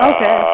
Okay